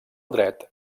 dret